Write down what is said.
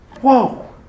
Whoa